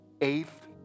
Eighth